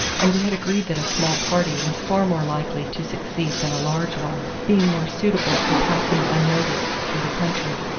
and we had agreed that a small party was far more likely to succeed than a large one, being more suitable for passing unnoticed through the country.